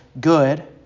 good